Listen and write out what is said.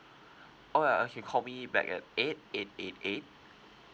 all right you can call me back at eight eight eight eight